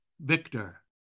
Victor